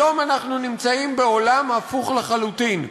היום אנחנו נמצאים בעולם הפוך לחלוטין.